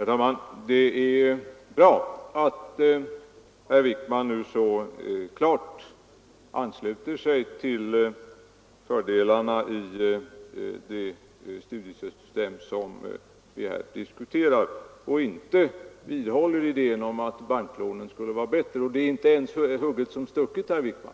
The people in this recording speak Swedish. Herr talman! Det är bra att herr Wijkman nu så klart erkänner fördelarna i det studiemedelssystem vi här diskuterar och inte vidhåller idén att banklån skulle vara bättre. Det är inte ens hugget som stucket, herr Wijkman,